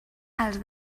els